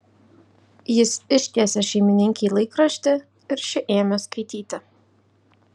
jis ištiesė šeimininkei laikraštį ir ši ėmė skaityti